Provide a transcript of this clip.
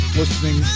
listening